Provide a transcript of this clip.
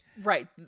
Right